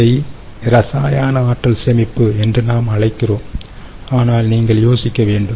இதை இரசாயன ஆற்றல் சேமிப்பு என்று நாம் அழைக்கிறோம் ஆனால் நீங்கள் யோசிக்க வேண்டும்